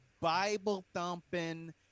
Bible-thumping